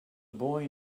boy